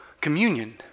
communion